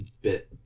bit